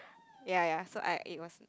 ya ya so I it was